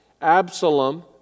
Absalom